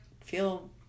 feel